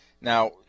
Now